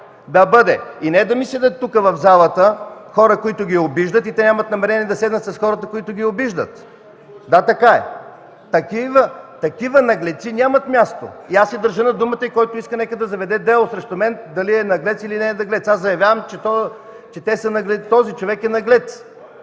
да бъде. И да ми седят тук в залата хора, които ги обиждат! Те нямат намерение да седнат с хората, които ги обиждат! (Реплики.) Да, така е! Такива наглеци нямат място! И аз си държа на думата. Нека, който иска да заведе дело срещу мен – дали е наглец, или не е наглец. Аз заявявам, че този човек е наглец!